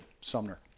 Sumner